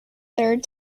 third